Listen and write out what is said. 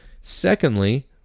Secondly